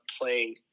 playing